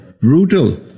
brutal